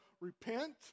repent